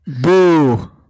Boo